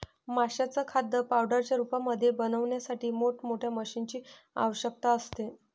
माशांचं खाद्य पावडरच्या रूपामध्ये बनवण्यासाठी मोठ मोठ्या मशीनीं ची आवश्यकता असते